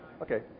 Okay